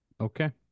Okay